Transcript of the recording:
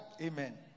Amen